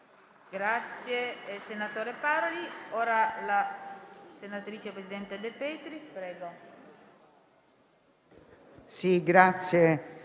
Grazie